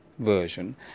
version